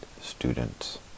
students